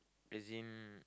as in